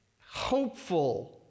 hopeful